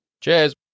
Cheers